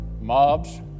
mobs